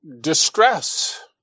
distress